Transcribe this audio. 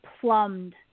plumbed